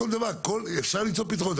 אפשר למצוא פתרונות.